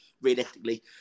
realistically